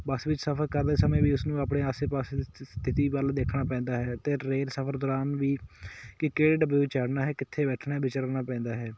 ਬੱਸ ਵਿੱਚ ਸਫ਼ਰ ਕਰਦੇ ਸਮੇਂ ਵੀ ਉਸ ਨੂੰ ਆਪਣੇ ਆਸੇ ਪਾਸੇ ਦੀ ਸਥਿਤੀ ਵੱਲ ਦੇਖਣਾ ਪੈਂਦਾ ਹੈ ਅਤੇ ਰੇਲ ਸਫ਼ਰ ਦੌਰਾਨ ਵੀ ਕਿ ਕਿਹੜੇ ਡੱਬੇ ਵਿਚ ਚੜ੍ਹਨਾ ਹੈ ਕਿੱਥੇ ਬੈਠਣਾ ਵਿਚਰਨਾ ਪੈਂਦਾ ਹੈ